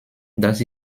das